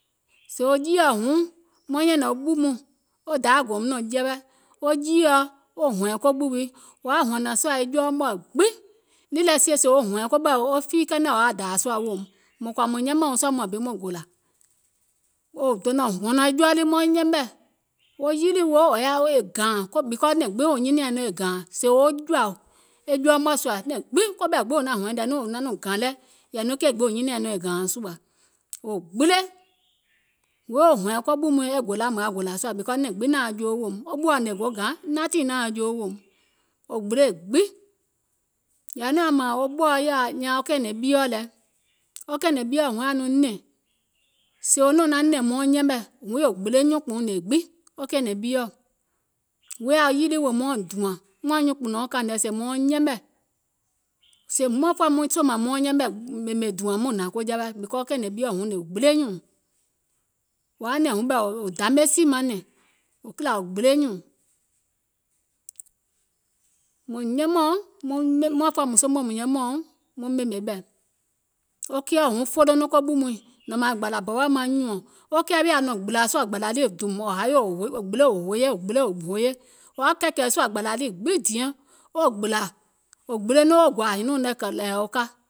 Sèè wo jiìɔ huŋ maŋ nyɛ̀nɛ̀ŋ ɓù mɔɔ̀ŋ wo dayȧ gòum nɔ̀ŋ jɛwɛ wo jiìɔ sèè wo hɔ̀ɛ̀ŋ ko ɓù wii wò yaȧ hɔ̀nȧŋ sùȧ jɔɔ mɔ̀ɛ̀ gbiŋ, nìì lɛ sie sèè wo hɔ̀ɛ̀ŋ koɓɛ̀ wii wɔŋ fiìì kɛnɛ wò yaȧ dȧȧ sùȧ weèum, mùŋ kɔ̀ȧ mùŋ yɛmɛ̀ wɔ̀ŋ sɔɔ̀ muȧŋ bi maŋ gòlȧ, wò dònȧŋ hɔ̀nɔ̀ŋ e jɔɔ lii maiŋ yɛmɛ̀, wo yilì wo wò yaȧ e gȧȧŋ because e nɛ̀ŋ gbiŋ wò nyiniȧŋ nɔŋ gèèŋ, wo jɔ̀ȧ e jɔɔ mɔ̀ɛ̀ sùȧ koɓɛ̀ gbiŋ wò nȧŋ hɔɛ̀ŋ nȧȧŋ nɔŋ wò naŋ nɔŋ gàŋ lɛ, yɛ̀ì nɔŋ e keì gbiŋ wò nyinìȧŋ nìŋ gȧȧŋ sùȧ, wo gbile, sèè wo hɔ̀ɛ̀ŋ ɓù muìŋ e gòla mùŋ yaȧ gòlà sùȧ, because nɛ̀ŋ gbiŋ naȧŋ joo weèum, ɓùɔ ngèè go gȧŋ, nothing naȧŋ joo weèum, wò gbile gbiŋ, yɛ̀ì nɔŋ yaȧ ɓɔ̀ɔ ȧŋ nyaaŋ kɛ̀ɛ̀nɛ̀ŋ ɓieɔ̀ lɛ, wo kɛ̀ɛ̀nɛ̀ŋ ɓieɔ̀ huŋ yaȧ nɔŋ nɛ̀ŋ sèè wo nɔ̀ŋ nanɛ̀ŋ mauŋ yɛmɛ̀, huŋ wò gbile nyuùnkpùuŋ ngèè gbiŋ, wo kɛ̀ɛ̀nɛ̀ŋ ɓieɔ̀, wò yaȧ yilì wèè mauŋ dùȧŋ muȧum nyuùnkpùnɔɔ̀ŋ kȧìŋ nɛ, sèè mauŋ yɛmɛ̀, ɓèmè dùȧŋ muŋ hnȧŋ jawaì, wo kɛ̀ɛ̀nɛ̀ŋ ɓieɔ̀ ngèè gbile nyùùŋ wò nɛ̀ŋ huŋ ɓɛɛ wò damesì manɛ̀ŋ, e kìlȧ gbile nyùùŋ wo kɛɛɔ̀ huŋ folo nɔŋ ɓù muìŋ nɔ̀ŋ mȧȧŋ gbȧlȧ bɔwɔ maŋ nyùɔ̀ŋ, wo kɛɛ wii yaȧ nɔŋ gbìlȧ sùȧ gbȧlȧ lii dùùm wò hayòo wò gbile wò hoye wò gbile wò hoye, wò yaȧ kɛ̀ɛ̀kɛ̀ɛ̀ sùȧ gbȧlȧ lii gbiŋ diɛŋ wo gbìlȧ, gbile nɔŋ woo gɔ̀ȧȧ hinìuŋ nɛ̀ wo ka